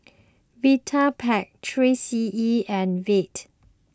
Vitapet three C E and Veet